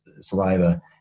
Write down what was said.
saliva